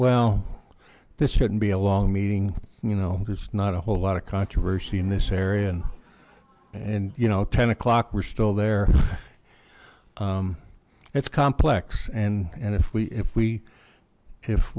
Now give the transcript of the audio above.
well this shouldn't be a long meeting you know there's not a whole lot of controversy in this area and and you know ten o'clock were still there it's complex and and if we if we if